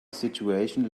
situation